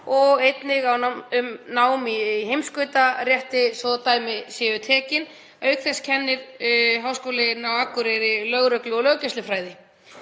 og einnig um nám í heimskautarétti, svo dæmi séu tekin. Auk þess kennir Háskólinn á Akureyri lögreglu- og löggæslufræði.